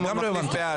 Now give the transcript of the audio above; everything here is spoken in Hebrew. בעד.